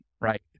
right